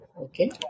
Okay